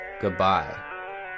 Goodbye